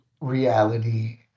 reality